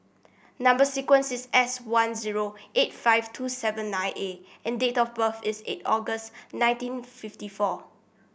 number sequence is S one zero eight five two seven nine A and date of birth is eight August nineteen fifty four